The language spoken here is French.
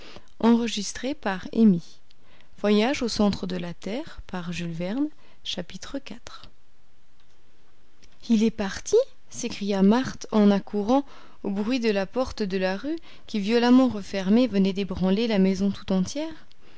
iv il est parti s'écria marthe en accourant au bruit de la porte de la rue qui violemment refermée venait d'ébranler la maison tout entière